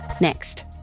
Next